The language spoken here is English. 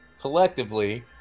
collectively